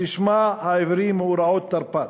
ששמה העברי מאורעות תרפ"ט,